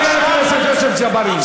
חבר הכנסת ג'בארין.